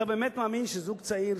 אתה באמת מאמין שזוג צעיר,